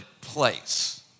place